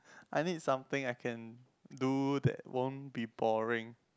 I need something I can do that won't be boring